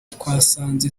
twasanze